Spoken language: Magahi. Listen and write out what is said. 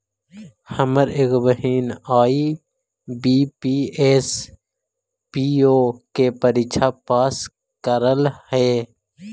हमर एगो बहिन आई.बी.पी.एस, पी.ओ के परीक्षा पास कयलइ हे